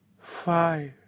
Five